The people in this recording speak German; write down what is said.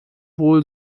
wohl